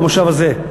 במושב הזה.